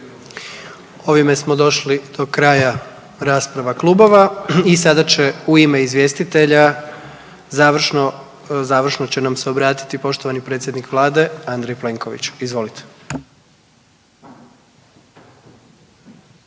Ovime smo došli do kraja rasprava klubova. I sada će u ime izvjestitelja završno će nam se obratiti poštovani predsjednik Vlade Andrej Plenković. Izvolite.